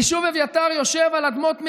היישוב אביתר יושב על אדמות מדינה.